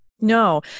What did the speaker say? No